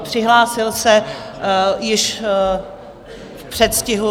Přihlásil se již v předstihu.